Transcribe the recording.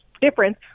difference